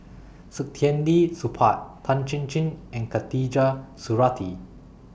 Saktiandi Supaat Tan Chin Chin and Khatijah Surattee